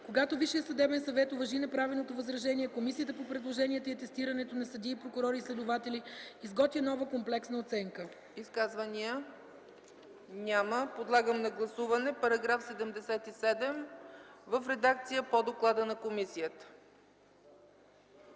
Когато Висшият съдебен съвет уважи направеното възражение, Комисията по предложенията и атестирането на съдии, прокурори и следователи изготвя нова комплексна оценка.” ПРЕДСЕДАТЕЛ ЦЕЦКА ЦАЧЕВА: Изказвания? Няма. Подлагам на гласуване § 77 в редакция по доклада на комисията.